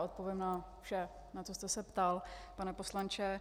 Odpovím na vše, na co jste se ptal, pane poslanče.